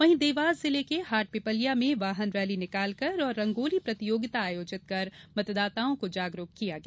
वहीं देवास जिले के हाटपीपल्या में वाहन रैली निकालकर और रंगोली प्रतियागिता आयोजित कर मतदाताओं को जागरूक किया गया